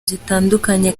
zitandukanye